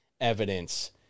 evidence